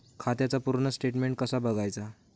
खात्याचा पूर्ण स्टेटमेट कसा बगायचा?